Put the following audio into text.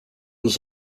was